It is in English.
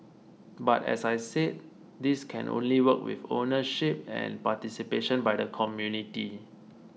but as I said this can only work with ownership and participation by the community